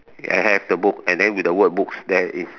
I have the book and then with the word books there is